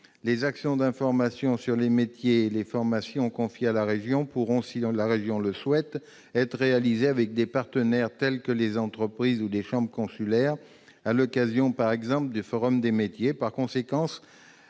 Les actions d'information sur les métiers et les formations confiées à la région pourront, si la région le souhaite, être réalisées avec des partenaires tels que des entreprises ou des chambres consulaires, à l'occasion par exemple de forums des métiers.